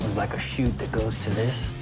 like, a chute that goes to this.